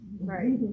Right